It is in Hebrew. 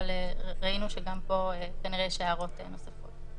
אבל ראינו שגם פה כנראה יש הערות נוספות.